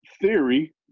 theory